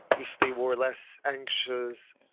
if they were less anxious.